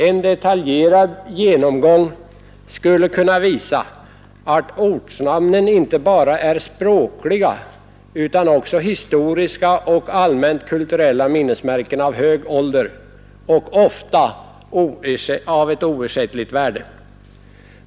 En detaljerad genomgång skulle kunna visa, att ortnamnen inte bara är språkliga utan också historiska och allmänt kulturella minnesmärken av hög ålder och ofta av oersättligt värde.